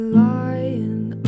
lying